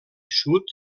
sud